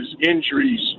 injuries